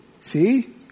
See